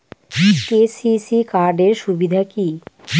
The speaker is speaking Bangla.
কে.সি.সি কার্ড এর সুবিধা কি?